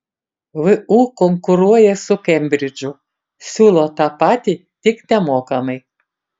vu konkuruoja su kembridžu siūlo tą patį tik nemokamai